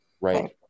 Right